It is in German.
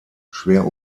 schwer